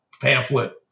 pamphlet